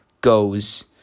goes